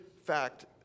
fact